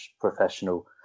professional